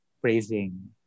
praising